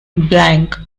blank